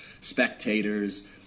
spectators